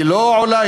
היא לא עולה,